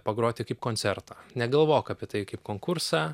pagroti kaip koncertą negalvok apie tai kaip konkursą